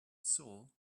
saw